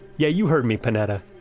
yeah, you heard me, panetta!